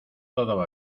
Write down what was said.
todo